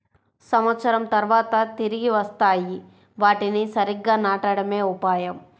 సంవత్సరం తర్వాత తిరిగి వస్తాయి, వాటిని సరిగ్గా నాటడమే ఉపాయం